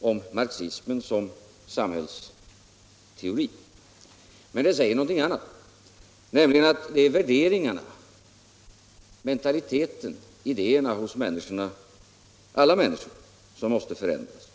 om marxismen som samhällsteori, men det säger någonting annat, nämligen att det är värderingarna, mentaliteten, idéerna hos människorna, hos alla människor, som måste förändras.